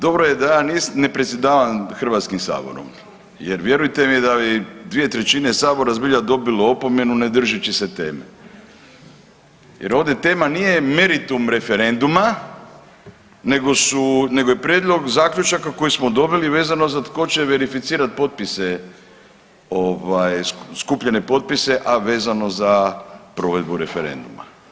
Dobro je da ja ne predsjedavam HS-om jer vjerujte mi da bi 2/3 Sabora zbilja dobilo opomenu ne držeći se teme jer ovdje tema nije meritum referenduma nego su, nego je prijedlog zaključaka koji smo dobili vezano za tko će verificirati potpise ovaj, skupljene potpise, a vezano za provedbu referenduma.